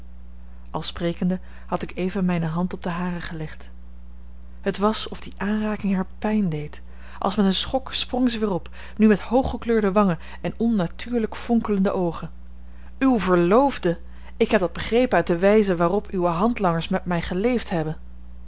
al sprekende had ik even mijne hand op de hare gelegd het was of die aanraking haar pijn deed als met een schok sprong zij weer op nu met hooggekleurde wangen en onnatuurlijk fonkelende oogen uwe verloofde ik heb dat begrepen uit de wijze waarop uwe handlangers met mij geleefd hebben